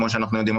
כמו שאנחנו יודעים,